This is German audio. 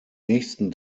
nächsten